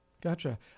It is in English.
Gotcha